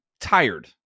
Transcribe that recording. tired